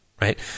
right